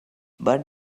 but